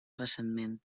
recentment